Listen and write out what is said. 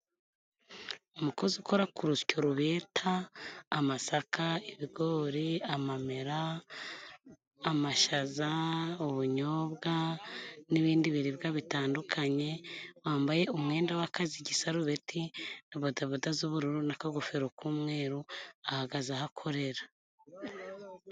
Umukozi ukora ku rusyo rubeta amasaka, ibigori, amamera, amashyaza, ubunyobwa n'ibindi biribwa bitandukanye, wambaye umwenda w'akazi. Igisarubeti, bodaboda z'ubururu n'akagofero k'umweru ahagaze aho akorera.